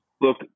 Look